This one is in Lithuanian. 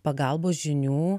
pagalbos žinių